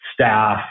staff